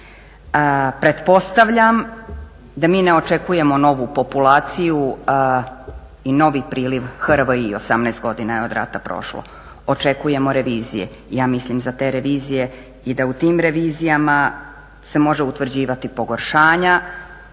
Pretpostavljam da mi ne očekujemo novu populaciju i novi priliv HRV, 18 godina je od rata prošlo, očekujemo revizije. Ja mislim za te revizije i da u tim revizijama se može utvrđivati pogoršanja,